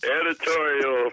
Editorial